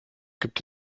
gibt